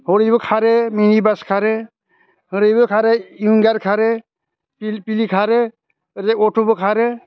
हरैबो खारो मिनिबास खारो ओरैबो खारो उइंगार खारो फिरफिलि खारो ओरैजाय अट'बो खारो